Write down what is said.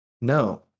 No